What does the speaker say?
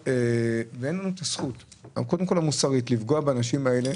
אין לנו את הזכות המוסרית לפגוע בנשים האלה.